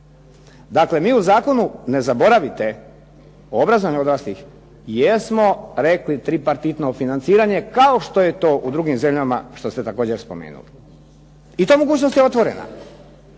Dakle, mi u zakonu ne zaboravite obrazovanje odraslih jesmo rekli tripartitno financiranje kao što je to u drugim zemljama što ste također spomenuli, i ta mogućnost je otvorena.